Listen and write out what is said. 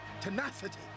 tenacity